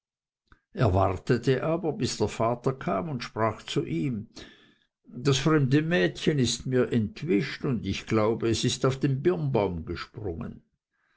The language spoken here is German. wartete aber bis der vater kam und sprach zu ihm das fremde mädchen ist mir entwischt und ich glaube es ist auf den birnbaum gesprungen